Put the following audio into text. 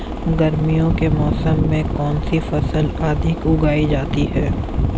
गर्मियों के मौसम में कौन सी फसल अधिक उगाई जाती है?